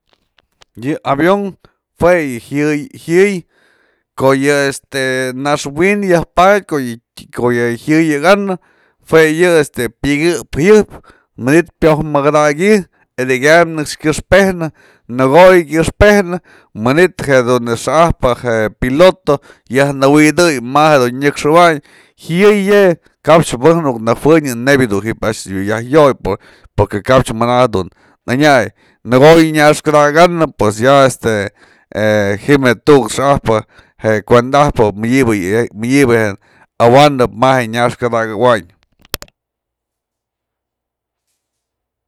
ye avion jue yë jyayëy ko'o yë este naxwin yaj padyë ko'o yë jyayëyëkanë jue yë este pyëkëp jayëjpë manyt pioj mëkëdaky edekyam nëkx kyëxpejnë në ko'o kyëxpjenë manyt jedun jedun xa'ajpë je piloto yaj nëwi'idëy ma jedun nyakxëwany jayëy je kap mëbejnë nuk najuenyë pën o nebya anak du ji'ib yaj yo'oy porque kap mana dun anyay nëkoyë nyaxkadakanë pues ya este ji'im je tuk xa'ajpë je kuenda ajpë mëdyebë je awanëp ma je nyaxkadakëwayn.